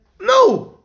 No